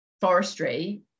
forestry